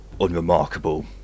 unremarkable